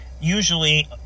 usually